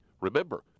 Remember